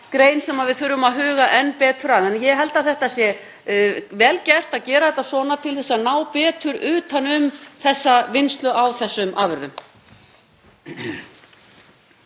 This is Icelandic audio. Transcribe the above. grein sem við þurfum að huga enn betur að. En ég held að það sé vel gert að gera þetta svona til að ná betur utan um vinnslu á þessum afurðum.